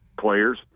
players